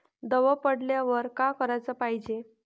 दव पडल्यावर का कराच पायजे?